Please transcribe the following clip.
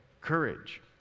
courage